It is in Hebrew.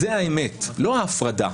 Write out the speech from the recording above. זו האמת, לא ההפרדה